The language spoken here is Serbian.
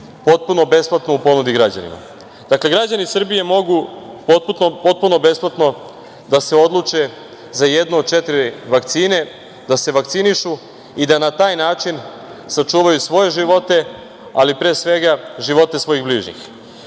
potpuno besplatno u ponudi građanima. Dakle, građani Srbije mogu potpuno besplatno da se odluče za jednu od četiri vakcine, da se vakcinišu i da na taj način sačuvaju svoje živote, ali pre svega živote svojih bližnjih. Ja